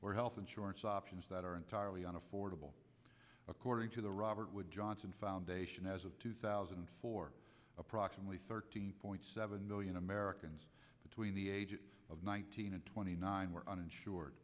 or health insurance options that are entirely on affordable according to the robert wood johnson foundation as of two thousand and four approximately thirteen point seven million americans between the ages of nineteen and twenty nine were uninsured